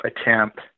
attempt